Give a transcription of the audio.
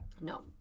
no